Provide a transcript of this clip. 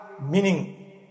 meaning